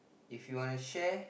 if you want to share